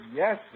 yes